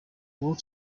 wolf